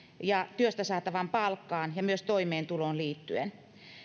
ja työstä saatavaan palkkaan ja myös toimeentuloon liittyen